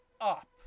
Up